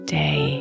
day